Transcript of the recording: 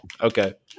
okay